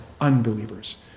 unbelievers